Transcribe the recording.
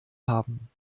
haben